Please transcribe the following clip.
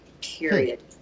period